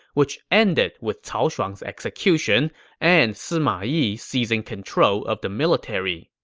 which ended with cao shuang's execution and sima yi seizing control of the military.